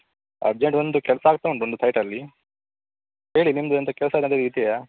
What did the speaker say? urgent ಒಂದು ಕೆಲಸ ಆಗ್ತಾ ಉಂಟು ಒಂದು ಸೈಟಲ್ಲಿ ಹೇಳಿ ನಿಮ್ಮದು ಎಂತ ಕೆಲಸ ಏನಾದರೂ ಇದೆಯಾ